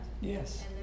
Yes